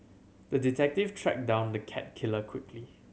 the detective tracked down the cat killer quickly